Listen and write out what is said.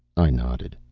i nodded.